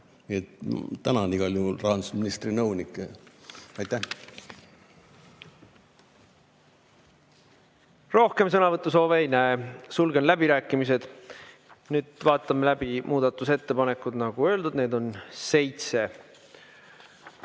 Tänan igal juhul rahandusministri nõunikke. Aitäh! Rohkem sõnavõtusoove ei näe. Sulgen läbirääkimised. Nüüd vaatame läbi muudatusettepanekud. Nagu öeldud, neid on seitse.